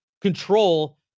control